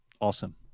Awesome